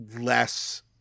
less